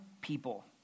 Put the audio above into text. people